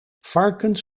varkens